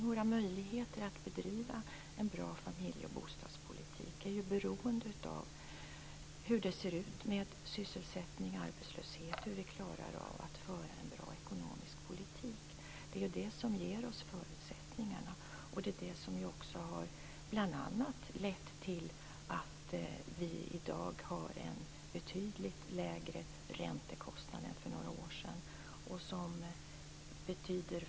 Våra möjligheter att bedriva en bra familje och bostadspolitik är ju beroende av hur det ser ut med sysselsättning och arbetslöshet och hur vi klarar av att föra en bra ekonomisk politik. Det är det som ger oss förutsättningarna. Det är också detta som har lett till att vi i dag har en betydligt lägre räntekostnad än för några år sedan.